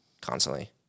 constantly